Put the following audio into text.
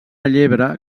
llebre